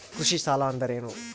ಕೃಷಿ ಸಾಲ ಅಂದರೇನು?